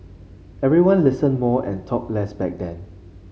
everyone listened more and talked less back then